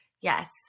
Yes